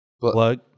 Plug